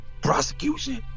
Prosecution